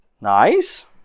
Nice